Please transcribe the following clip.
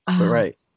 right